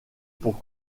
pour